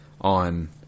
on